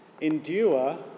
Endure